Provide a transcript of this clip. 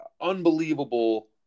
unbelievable